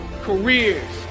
careers